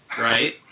Right